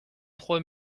trois